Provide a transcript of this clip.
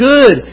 Good